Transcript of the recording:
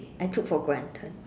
I took for granted